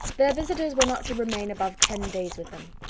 their visitors were not to remain above ten days with them.